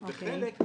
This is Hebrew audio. וחלק,